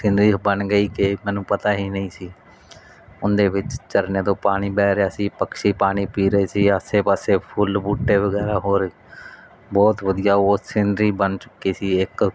scenery ਬਣ ਗਈ ਕਿ ਮੈਨੂੰ ਪਤਾ ਹੀ ਨਹੀਂ ਸੀ ਉਹਦੇ ਵਿੱਚ ਝਰਨਿਆਂ ਤੋਂ ਪਾਣੀ ਬਹਿ ਰਿਹਾ ਸੀ ਪਛਸ਼ੀ ਪਾਣੀ ਪੀ ਰਹੇ ਸੀ ਆਸੇ ਪਾਸੇ ਫੁੱਲ ਬੂਟੇ ਵਗੈਰਾ ਹੋਰ ਬਹੁਤ ਵਧੀਆ ਉਹ ਸੀਨਰੀ ਬਣ ਚੁੱਕੀ ਸੀ ਇੱਕ